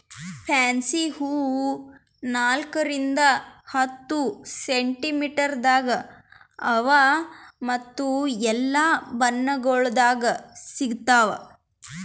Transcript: fancy ಹೂವು ನಾಲ್ಕು ರಿಂದ್ ಹತ್ತು ಸೆಂಟಿಮೀಟರದಾಗ್ ಅವಾ ಮತ್ತ ಎಲ್ಲಾ ಬಣ್ಣಗೊಳ್ದಾಗ್ ಸಿಗತಾವ್